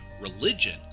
religion